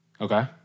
Okay